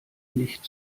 nicht